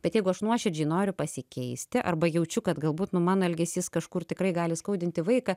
bet jeigu aš nuoširdžiai noriu pasikeisti arba jaučiu kad galbūt nu mano elgesys kažkur tikrai gali skaudinti vaiką